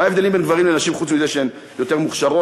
מה ההבדל בין גברים לבין נשים חוץ מזה שהן יותר מוכשרות,